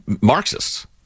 Marxists